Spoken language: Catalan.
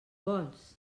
vols